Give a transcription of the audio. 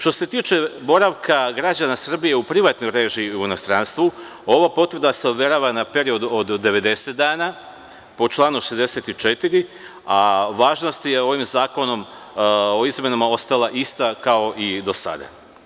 Što se tiče boravka građana Srbije u privatnoj režiji u inostranstvu, ova potvrda se overava na period od 90 dana, po članu 64, a važnost je ovim zakonom o izmenama ostala ista kao i do sada.